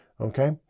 okay